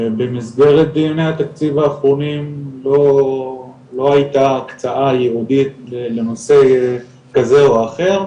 במסגרת ימי התקציב האחרונים לא הייתה הקצאה ייעודית לנושא כזה או אחר,